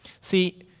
See